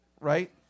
right